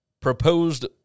proposed